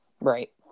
Right